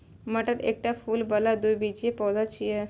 मटर एकटा फूल बला द्विबीजपत्री पौधा छियै